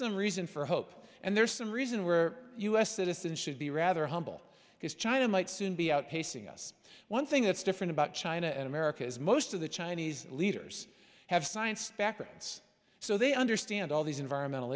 some reason for hope and there's some reason where u s citizens should be rather humble because china might soon be outpacing us one thing that's different about china and america is most of the chinese leaders have science backgrounds so they understand all these environmental